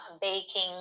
baking